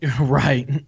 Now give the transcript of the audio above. Right